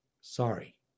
Sorry